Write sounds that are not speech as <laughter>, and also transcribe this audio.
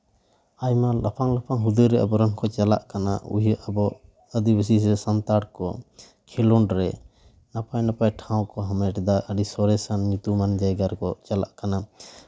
ᱟᱭᱢᱟ ᱞᱟᱯᱷᱟᱝ ᱞᱟᱯᱷᱟᱝ ᱦᱩᱫᱟᱹ ᱨᱮ ᱟᱵᱚ ᱨᱮᱱ ᱠᱚ ᱪᱟᱞᱟᱜ ᱠᱟᱱᱟ <unintelligible> ᱟᱵᱚ ᱟᱹᱫᱤᱵᱟᱹᱥᱤ ᱥᱮ ᱥᱟᱱᱛᱟᱲ ᱠᱚ ᱠᱷᱮᱞᱳᱰ ᱨᱮ ᱱᱟᱯᱟᱭ ᱱᱟᱯᱟᱭ ᱴᱷᱟᱶ ᱠᱚ ᱦᱟᱢᱮᱴ ᱮᱫᱟ ᱟᱹᱰᱤ ᱥᱚᱨᱮᱥᱟᱱ ᱧᱩᱛᱩᱢᱟᱱ ᱡᱟᱭᱜᱟ ᱨᱮᱠᱚ ᱪᱟᱞᱟᱜ ᱠᱟᱱᱟ